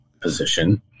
position